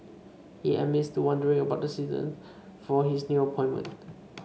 he admits to wondering about the reason for his new appointment